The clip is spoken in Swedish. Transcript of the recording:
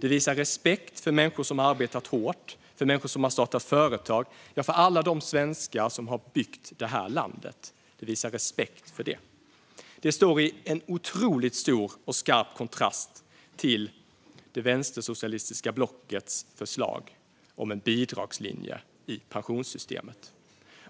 Det visar respekt för människor som har arbetat hårt, startat företag, ja, för alla de svenskar som har byggt det här landet. Det står i en otroligt stor och skarp kontrast till det vänstersocialistiska blockets förslag om en bidragslinje i pensionssystemet.